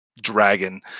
dragon